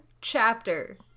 chapter